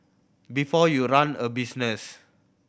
before you run a business